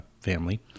family